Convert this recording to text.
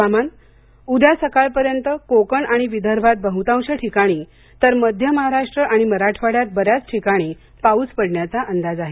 हवामान उद्या सकाळपर्यंत कोकण आणि विदर्भात बहुतांश ठिकाणी तर मध्य महाराष्ट्र आणि मराठवाड्यात बऱ्याच ठिकाणी पाऊस पडण्याचा अंदाज आहे